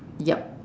yup